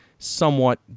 somewhat